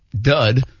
dud